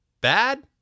bad